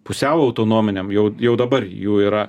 pusiau autonominiam jau jau dabar jų yra